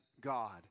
God